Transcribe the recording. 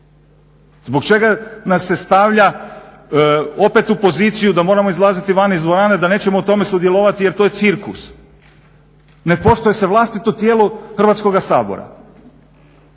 Zbog čega nas se stavlja opet u poziciju da moramo izlaziti van iz dvorane, da nećemo u tome sudjelovati jer to je cirkus? Ne poštuje se vlastito tijelo Hrvatskoga sabora.